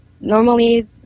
normally